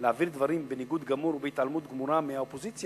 להעביר דברים בניגוד גמור ובהתעלמות גמורה מהאופוזיציה,